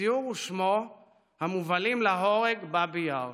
ציור ושמו "המובלים להורג, באבי יאר",